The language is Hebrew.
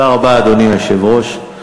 תודה רבה, אדוני היושב-ראש.